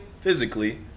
physically